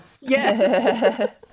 Yes